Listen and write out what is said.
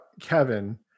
Kevin